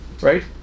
right